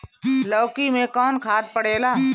लौकी में कौन खाद पड़ेला?